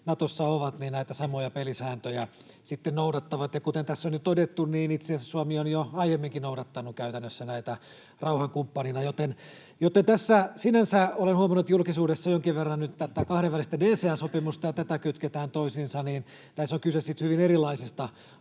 Natossa ovat, näitä samoja pelisääntöjä sitten noudattavat, ja kuten tässä on jo todettu, niin itse asiassa Suomi on jo aiemminkin noudattanut käytännössä näitä rauhankumppanina. Joten kun tässä olen huomannut julkisuudessa jonkin verran nyt, että tätä kahdenvälistä DCA-sopimusta ja tätä kytketään toisiinsa, niin näissä on kyse hyvin erilaisista